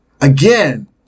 Again